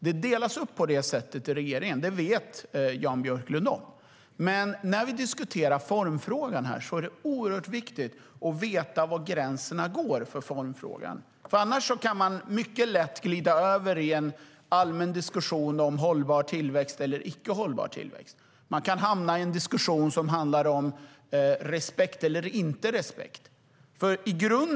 Det delas upp på det sättet i regeringen, vilket Jan Björklund vet om. När vi diskuterar formfrågan är det oerhört viktigt att veta var gränserna går för denna. Annars kan man mycket lätt glida över i en allmän diskussion om hållbar eller icke hållbar tillväxt eller i en diskussion om respekt och bristande respekt. Fru talman!